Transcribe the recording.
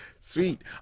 Sweet